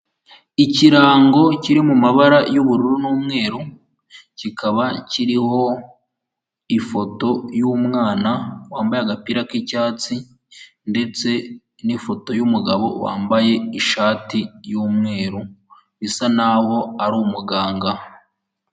Ikirango kiri mumabara y'ubururu n'umweru kikaba kiriho ifoto yumwana wambaye agapira k'icyatsi ndetse nifoto yumugabo wambaye ishati yu'mweru isa naho ari umuganga.